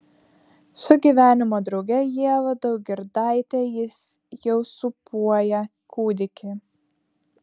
su gyvenimo drauge ieva daugirdaite jis jau sūpuoja kūdikį